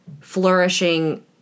flourishing